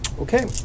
Okay